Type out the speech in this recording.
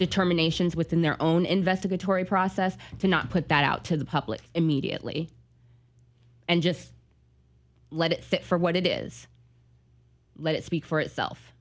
determinations within their own investigatory process to not put that out to the public immediately and just let it sit for what it is let it speak for itself